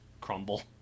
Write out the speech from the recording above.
crumble